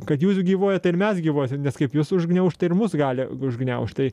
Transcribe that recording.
kad jūs gyvuojat tai ir mes gyvuosim nes kaip jus užgniauš tai ir mus gali užgniaužt tai